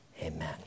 amen